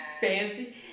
Fancy